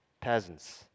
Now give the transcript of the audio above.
Peasants